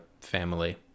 family